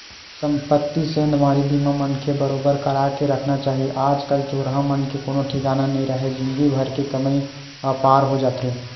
संपत्ति सेंधमारी बीमा मनखे बरोबर करा के रखना चाही आज कल चोरहा मन के कोनो ठिकाना नइ राहय जिनगी भर के कमई ह पार हो जाथे